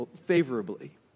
favorably